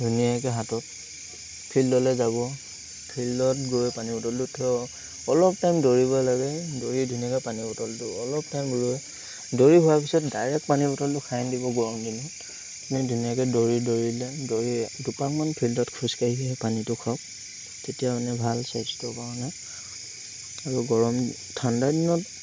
ধুনীয়াকৈ হাতত ফিল্ডলৈ যাব ফিল্ডত গৈ পানী বটলটো থৈ অলপ টাইম দৌৰিব লাগে দৌৰি ধুনীয়াকৈ পানী বটলটো অলপ টাইম ৰৈ দৌৰি হোৱাৰ পিছত ডাইৰেক্ট পানী বটলটো খাই দিব গৰম দিনত আপুনি ধুনীয়াকৈ দৌৰি দৌৰিলে দৌৰি দুপাকমান ফিল্ডত খোজকাঢ়িহে পানীটো খাওঁ তেতিয়া মানে ভাল স্বাস্থ্যৰ কাৰণে আৰু গৰম ঠাণ্ডা দিনত